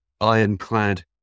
ironclad